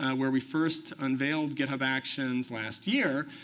where we first unveiled github actions last year.